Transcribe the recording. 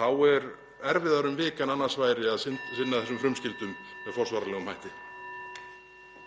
þá er erfiðara um vik en annars væri að sinna þessum frumskyldum með forsvaranlegum hætti.